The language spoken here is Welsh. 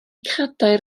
cadair